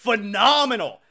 phenomenal